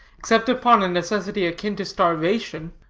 except upon a necessity akin to starvation.